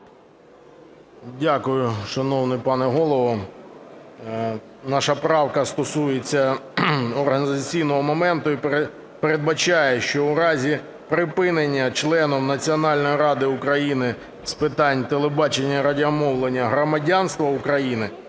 Дякую, шановний пане Голово. Наша правка стосується організаційного моменту і передбачає, що в разі припинення членом Національної ради України з питань телебачення і радіомовлення громадянства України